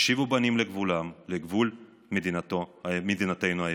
השיבו בנים לגבולם, לגבול מדינתנו העברית.